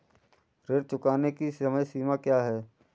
ऋण चुकाने की समय सीमा क्या है?